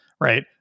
right